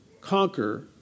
conquer